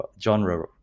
genre